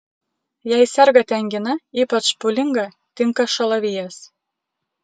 jei sergate angina ypač pūlinga tinka šalavijas